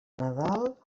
nadal